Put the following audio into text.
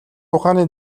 ухааны